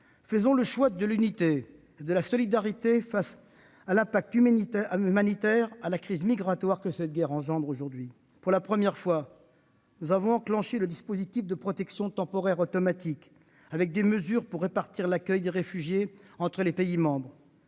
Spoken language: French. faisons le choix de l'unité et de la solidarité face à l'impact humanitaire et à la crise migratoire que cette guerre entraîne aujourd'hui. Pour la première fois, nous avons enclenché le dispositif de protection temporaire automatique, avec des mesures pour répartir l'accueil des réfugiés entre les pays membres.